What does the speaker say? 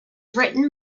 written